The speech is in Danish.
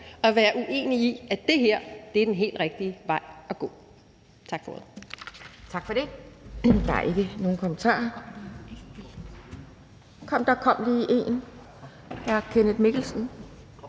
at være uenig i, at det her er den helt rigtige vej at gå. Tak for ordet.